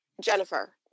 Jennifer